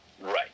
Right